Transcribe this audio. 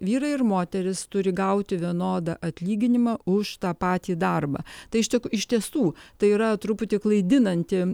vyrai ir moterys turi gauti vienodą atlyginimą už tą patį darbą tai ištek iš tiesų tai yra truputį klaidinanti